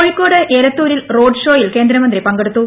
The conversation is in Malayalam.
കോഴിക്കോട് എലത്തൂരിൽ റോഡ് ഷോയിൽ കേന്ദ്രമന്ത്രി പങ്കെടുത്തു